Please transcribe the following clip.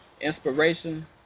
inspiration